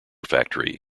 factory